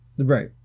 Right